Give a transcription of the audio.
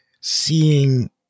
seeing